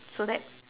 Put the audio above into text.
so that